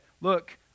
look